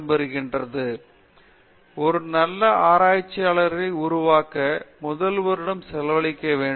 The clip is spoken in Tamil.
பேராசிரியர் உஷா மோகன் ஒரு நல்ல ஆராய்ச்சியாளரை உருவாக்க முதல் வருடம் செலவழிக்க வேண்டும்